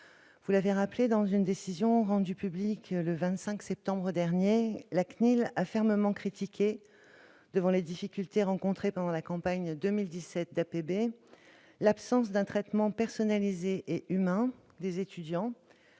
Deseyne, dans une décision rendue publique le 25 septembre dernier, la CNIL a fermement critiqué, devant les difficultés rencontrées pendant la campagne 2017 d'APB, l'absence d'un traitement personnalisé et humain des étudiants,